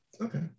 Okay